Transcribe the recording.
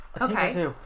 Okay